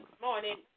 morning